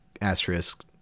asterisk